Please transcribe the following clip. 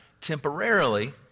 temporarily